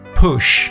push